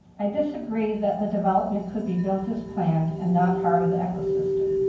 i disagree that the development could be built as planned and not harm the ecosystem.